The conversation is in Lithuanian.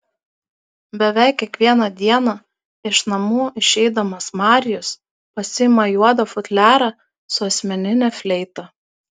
beveik kiekvieną dieną iš namų išeidamas marijus pasiima juodą futliarą su asmenine fleita